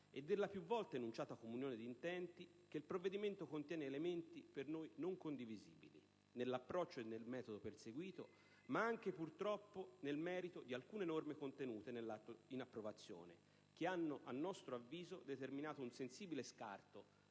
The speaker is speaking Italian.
e della più volte enunciata comunione d'intenti, che il provvedimento contiene elementi per noi non condivisibili nell'approccio e nel metodo perseguito, ma anche purtroppo nel merito di alcune norme contenute nel testo in approvazione, che hanno a nostro avviso determinato un sensibile scarto